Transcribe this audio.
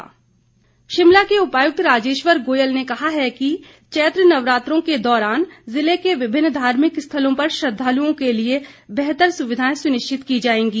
DC Shimla Shimla के उपायुक्त राजेश्वर गोयल ने कहा है कि चैत्र नवरात्रों के दौरान जिले के विभिन्न धार्मिक स्थलों पर श्रद्दालुओं के लिए बेहतर सुविधाएं सुनिश्चित की जाएंगी